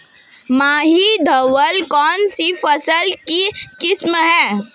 माही धवल कौनसी फसल की किस्म है?